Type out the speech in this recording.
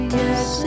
yes